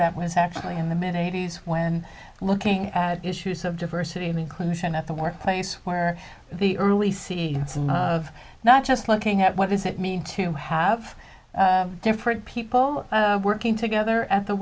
that was actually in the mid eighty's when looking at issues of diversity and inclusion at the workplace where the early see some of not just looking at what does it mean to have different people working together at the